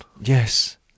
Yes